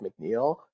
McNeil